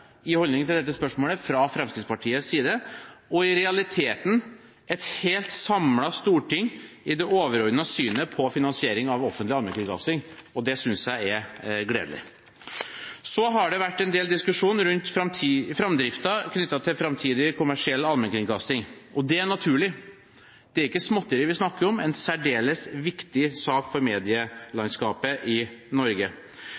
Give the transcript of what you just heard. fra Fremskrittspartiets side og i realiteten et helt samlet storting i det overordnede synet på finansiering av offentlig allmennkringkasting. Det synes jeg er gledelig. Så har det vært en del diskusjon rundt framdriften knyttet til framtidig kommersiell allmennkringkasting. Det er naturlig. Det er ikke småtteri vi snakker om – det er en særdeles viktig sak for